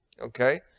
Okay